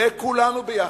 וכולנו ביחד.